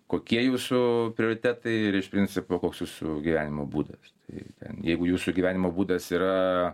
kokie jūsų prioritetai ir iš principo koks jūsų gyvenimo būdas tai ten jeigu jūsų gyvenimo būdas yra